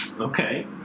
Okay